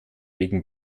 wegen